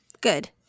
Good